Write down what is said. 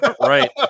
Right